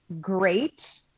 great